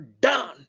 done